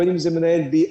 בין אם זה מנהל BI,